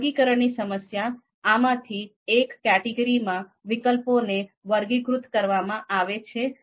વર્ગીકરણની સમસ્યા આમાંથી એક કેટેગરીમાં વિકલ્પોને વર્ગીકૃત કરવામાં આવે છે